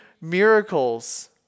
miracles